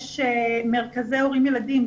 יש מרכזי הורים-ילדים,